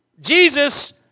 Jesus